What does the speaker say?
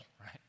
right